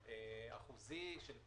אגף הפנסיה.